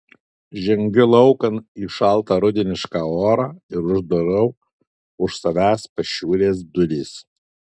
žengiu laukan į šaltą rudenišką orą ir uždarau už savęs pašiūrės duris